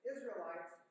Israelites